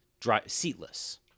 seatless